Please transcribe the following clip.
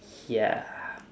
ya